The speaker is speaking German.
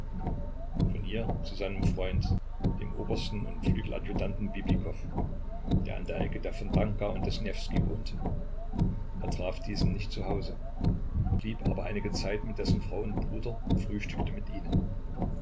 von ihr zu seinem freund dem obersten und flügeladjutanten bibikow der an der ecke der fontanka und des newskij wohnte er traf diesen nicht zu hause blieb aber einige zeit mit dessen frau und bruder und frühstückte mit ihnen